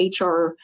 HR